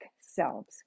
selves